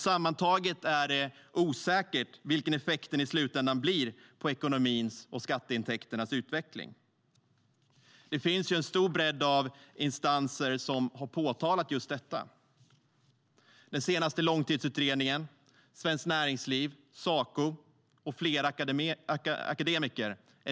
Sammantaget är det osäkert vilken effekten i slutändan blir på ekonomins och skatteintäkternas utveckling. Det finns en stor bredd av instanser som har påtalat just detta, till exempel den senaste långtidsutredningen, Svenskt Näringsliv, Saco och flera akademiker.